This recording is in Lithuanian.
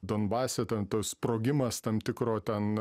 donbase ten tas sprogimas tam tikro ten